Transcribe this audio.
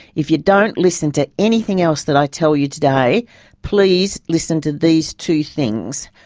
if you don't listen to anything else that i tell you today, please listen to these two things.